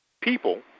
people